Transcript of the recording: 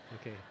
Okay